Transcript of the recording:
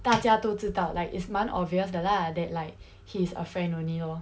大家都知道 like it's 蛮 obvious 的 lah that like he's a friend only lor